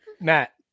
Matt